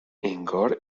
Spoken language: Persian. انگار